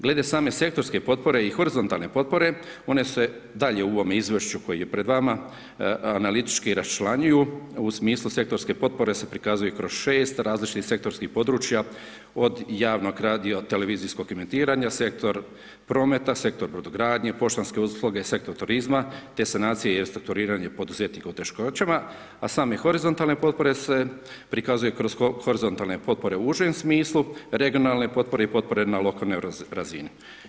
Glede same sektorske potpore i horizontalne potpore one se dalje u ovome izvješću koje je pred vama analitički raščlanjuju u smislu sektorske potpore se prikazuju kroz 6 različitih sektorskih područja od javnog radija, od televizijskog emitiranja, sektor prometa, sektor brodogradnje, poštanske usluge, sektor turizma te sanacije i restrukturiranje poduzetnika u teškoćama, a same horizontalne potpore se prikazuju kroz horizontalne potpore u užem smislu, regionalne potpore i potpore na lokalnoj razini.